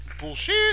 Bullshit